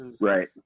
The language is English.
right